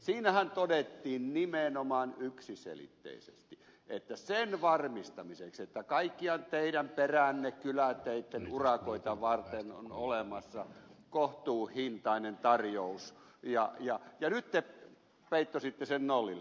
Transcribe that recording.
siinähän todettiin nimenomaan yksiselitteisesti että tämä tapahtui sen varmistamiseksi että kaikkia teidän peränne kyläteitten urakoita varten on olemassa kohtuuhintainen tarjous ja nyt te peittositte sen nollille